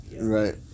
Right